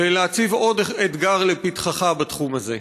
ולהציב עוד אתגר לפתחך בתחום הזה.